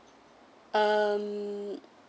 um